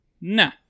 no